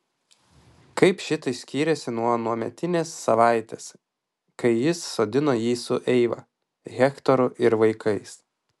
kaip šitai skyrėsi nuo anuometinės savaitės kai jis sodino jį su eiva hektoru ir vaikais